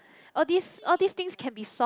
all these all these things can be solved